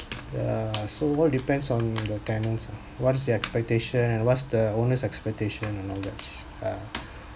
yeah so all depends on the tenants ah what is their expectation and what's the owners expectation and all that